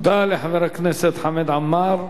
תודה לחבר הכנסת חמד עמאר.